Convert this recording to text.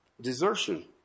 Desertion